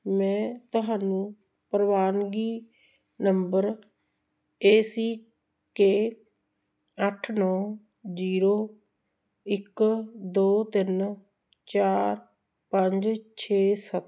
ਮੈਂ ਤੁਹਾਨੂੰ ਪ੍ਰਵਾਨਗੀ ਨੰਬਰ ਏ ਸੀ ਕੇ ਅੱਠ ਨੌਂ ਜੀਰੋ ਇੱਕ ਦੋ ਤਿੰਨ ਚਾਰ ਪੰਜ ਛੇ ਸੱਤ